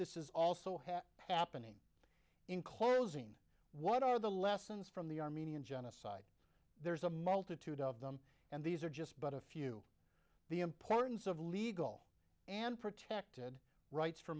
this is also had happening in closing what are the lessons from the armenian genocide there's a multitude of them and these are just but a few the importance of legal and protected rights for